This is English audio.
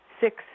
six